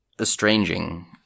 estranging